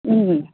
ꯎꯝ